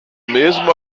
mesmo